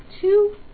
two